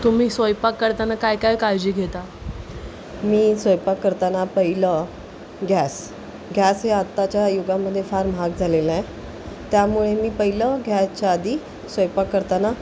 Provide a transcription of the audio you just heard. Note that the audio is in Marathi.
तुम्ही स्वयपाक करताना काय काय काळजी घेता मी स्वयपाक करताना पहिलं गॅस गॅस हे आत्ताच्या युगामदे फार महाग झालेलंय त्यामुळे मी पहिलं घ्यासच्या आदी स्वयपाक करताना